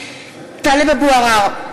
(קוראת בשמות חברי הכנסת) טלב אבו עראר,